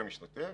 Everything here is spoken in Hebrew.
ומשתתף,